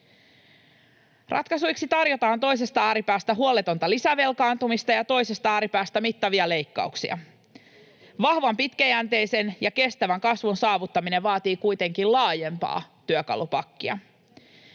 Ratkaisuksi tarjotaan toisesta ääripäästä huoletonta lisävelkaantumista ja toisesta ääripäästä mittavia leikkauksia. Vahvan, pitkäjänteisen ja kestävän kasvun saavuttaminen vaatii kuitenkin laajempaa työkalupakkia.